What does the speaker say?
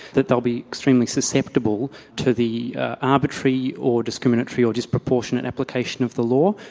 that they'll be extremely susceptible to the arbitrary or discriminatory or disproportionate application of the law,